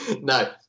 no